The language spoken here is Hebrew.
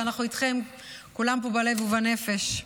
ואנחנו איתכם כולם פה בלב ובנפש.